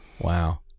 Wow